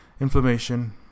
inflammation